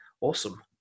awesome